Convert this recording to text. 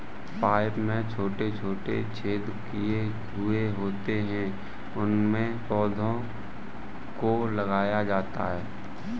pipe में छोटे छोटे छेद किए हुए होते हैं उनमें पौधों को लगाया जाता है